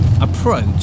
approach